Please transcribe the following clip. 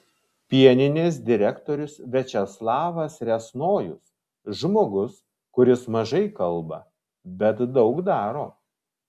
pieninės direktorius viačeslavas riasnojus žmogus kuris mažai kalba bet daug daro